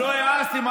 לא העזתם.